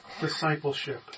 Discipleship